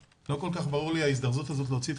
לא כל כך ברור לי ההזדרזות הזאת להוציא את